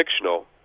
fictional